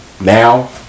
now